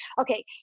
Okay